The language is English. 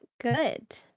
good